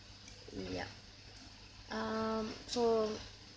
yup um so